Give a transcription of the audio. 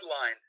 line